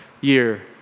year